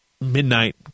midnight